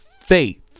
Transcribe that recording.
Faith